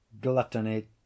Gluttony